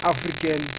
African